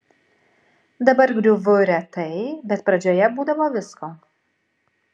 dabar griūvu retai bet pradžioje būdavo visko